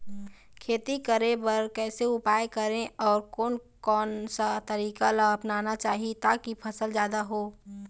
खेती करें बर कैसे उपाय करें अउ कोन कौन सा तरीका ला अपनाना चाही ताकि फसल जादा हो?